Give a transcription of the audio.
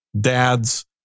dads